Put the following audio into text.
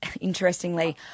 interestingly